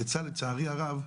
יצא לצערי הרב,